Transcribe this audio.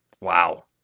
Wow